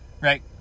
Right